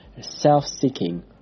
self-seeking